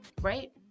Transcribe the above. right